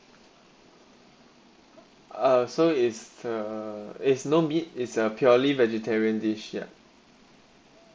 uh so is uh is no meat it's a purely vegetarian dish ya